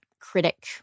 critic